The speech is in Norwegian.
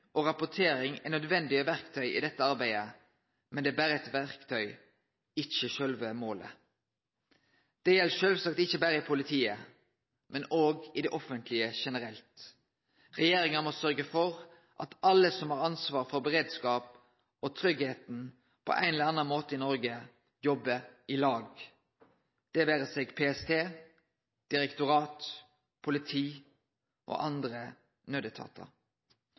og rapportering er nødvendige verktøy i dette arbeidet, men det er berre verktøy – ikkje sjølve målet. Dette gjeld sjølvsagt ikkje berre i politiet, men òg i det offentlege generelt. Regjeringa må sørgje for at alle som på ein eller annan måte har ansvar for beredskap og tryggleik i Noreg, jobbar i lag – det vere seg PST, direktorat, politi og andre